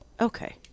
Okay